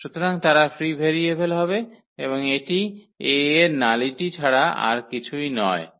সুতরাং তারা free variable হবে এবং এটি 𝐴 এর নালিটি ছাড়া আর কিছুই নয়